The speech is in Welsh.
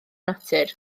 natur